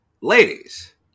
ladies